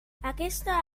aquesta